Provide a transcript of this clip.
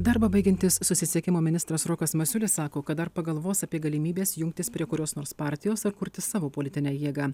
darbą baigiantis susisiekimo ministras rokas masiulis sako kad dar pagalvos apie galimybes jungtis prie kurios nors partijos ar kurti savo politinę jėgą